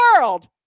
world